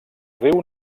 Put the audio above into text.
riu